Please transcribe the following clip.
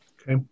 Okay